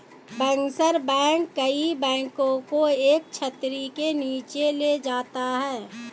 bankers bank कई बैंकों को एक छतरी के नीचे ले जाता है